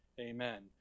Amen